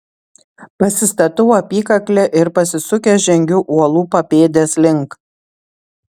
pasistatau apykaklę ir pasisukęs žengiu uolų papėdės link